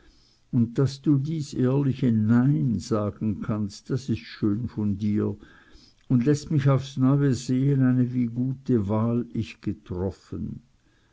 und daß du dies ehrliche nein sagen kannst das ist schön von dir und läßt mich aufs neue sehen eine wie gute wahl ich getroffen